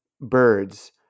birds